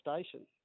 station